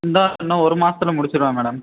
இந்தா இன்னும் ஒரு மாசத்தில் முடிச்சுருவேன் மேடம்